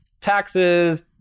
taxes